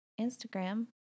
Instagram